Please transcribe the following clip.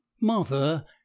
martha